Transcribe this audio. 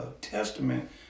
Testament